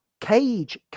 Cage